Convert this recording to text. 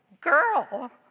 girl